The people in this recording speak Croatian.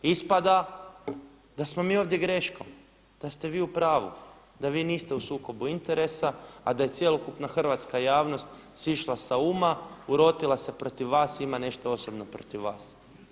Ispada da smo mi ovdje greškom, da ste vi u pravu, da vi niste u sukobu interesa a da je cjelokupna hrvatska javnost sišla sa uma, urotila se protiv vas, ima nešto osobno protiv vas.